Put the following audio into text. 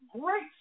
great